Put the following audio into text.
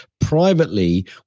privately